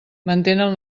mantenen